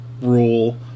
rule